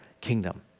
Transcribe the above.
kingdom